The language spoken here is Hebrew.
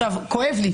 כואב לי,